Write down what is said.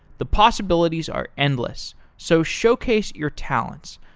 the possibilities are endless, so showcase your talents.